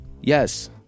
Yes